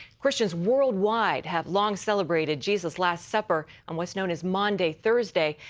christians worldwide have long celebrated jesus' last supper on what's known as maundy thursday.